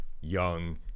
Young